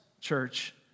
church